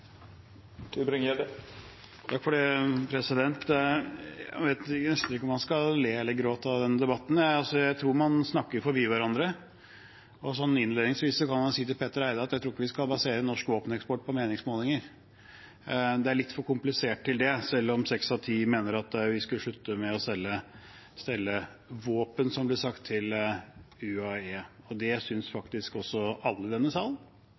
vet nesten ikke om man skal le eller gråte av denne debatten. Jeg tror man snakker forbi hverandre. Innledningsvis, til Petter Eide: Jeg tror ikke vi skal basere norsk våpeneksport på meningsmålinger. Det er litt for komplisert til det – selv om seks av ti mener at vi skal slutte å selge våpen, som det ble sagt, til De forente arabiske emirater, UAE. Det synes faktisk også alle i denne salen.